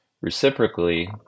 Reciprocally